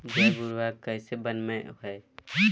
जैव उर्वरक कैसे वनवय हैय?